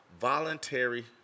voluntary